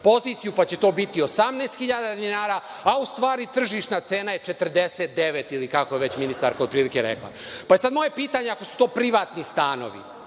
poziciju, pa će to biti 18 hiljada dinara, a ustvari tržišna cena je 49 ili kako je već ministarka otprilike rekla. Sad, moje pitanje je, ako su to privatni stanovi,